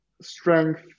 strength